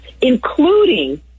including